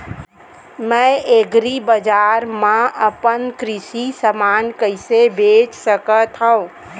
मैं एग्रीबजार मा अपन कृषि समान कइसे बेच सकत हव?